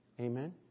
Amen